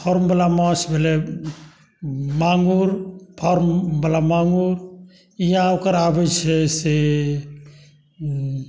फर्मवला माँछ भेलै माँगुर या ओकर आबैत छै से